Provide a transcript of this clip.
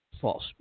false